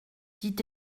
dit